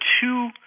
two